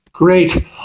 Great